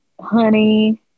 honey